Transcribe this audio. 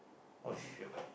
oh shoot